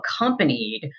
accompanied